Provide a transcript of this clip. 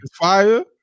Fire